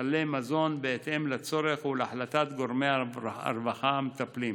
סלי מזון בהתאם לצורך ולהחלטת גורמי הרווחה המטפלים.